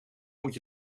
moet